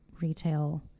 retail